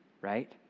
right